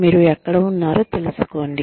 మీరు ఎక్కడ ఉన్నారో తెలుసుకోండి